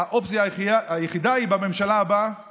האופציה היחידה בממשלה הבאה